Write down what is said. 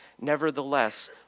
Nevertheless